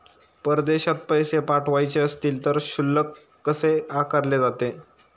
परदेशात पैसे पाठवायचे असतील तर शुल्क कसे आकारले जाते?